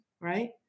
right